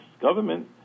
government